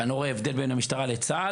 ואני לא רואה הבדל בין המשטרה לצה"ל,